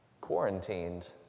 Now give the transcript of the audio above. quarantined